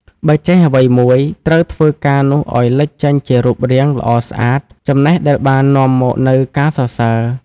បើចេះអ្វីមួយ ត្រូវធ្វើការនោះឲ្យចេញជារូបរាងល្អស្អាត ចំណេះដែលបាននាំមកនូវការសរសើរ។